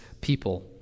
people